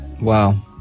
Wow